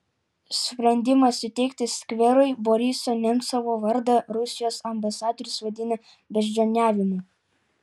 sprendimą suteikti skverui boriso nemcovo vardą rusijos ambasadorius vadina beždžioniavimu